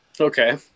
Okay